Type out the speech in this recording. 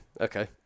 Okay